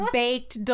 baked